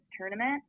tournament